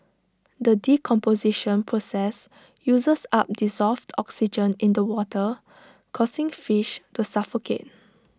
the decomposition process uses up dissolved oxygen in the water causing fish to suffocate